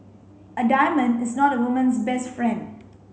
a diamond is not a woman's best friend